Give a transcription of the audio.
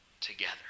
together